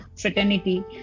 fraternity